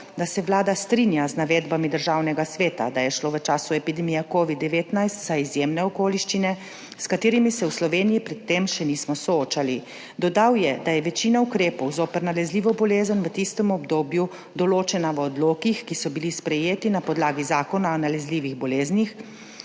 da se Vlada strinja z navedbami Državnega sveta, da je šlo v času epidemije covida-19 za izjemne okoliščine, s katerimi se v Sloveniji pred tem še nismo soočali. Dodal je, da je večina ukrepov zoper nalezljivo bolezen v tistem obdobju določena v odlokih, ki so bili sprejeti na podlagi Zakona o nalezljivih boleznih,